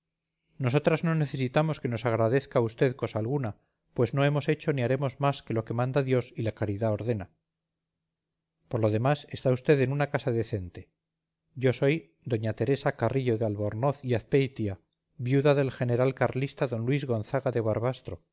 nosotras no necesitamos que nos agradezca usted cosa alguna pues no hemos hecho ni haremos más que lo que manda dios y la caridad ordena por lo demás está usted en una casa decente yo soy doña teresa carrillo de albornoz y azpeitia viuda del general carlista d luis gonzaga de